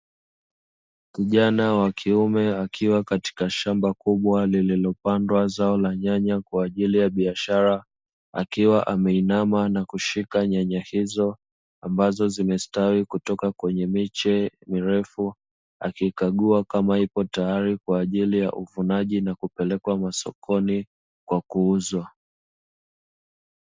Kijana wa kiume akiwa katika shamba kubwa lililopandwa zao la nyanya kwa ajili ya biashara, akiwa ameinama na kushika nyanya hizo, ambazo zimestawi kutoka kwenye miche mirefu, akiikagua kama ipo tayari kwa ajili ya uvunaji na kupelekwa masokoni kwa kuuzwa.